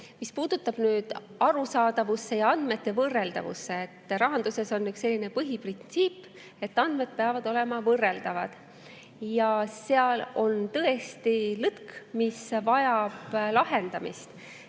mis puutub arusaadavusse ja andmete võrreldavusse, siis rahanduses on selline põhiprintsiip, et andmed peavad olema võrreldavad. Ja seal on tõesti lõtk, mis vajab lahendamist.